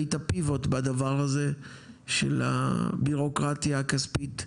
הייתה pivot בדבר הזה של הבירוקרטיה הכספית,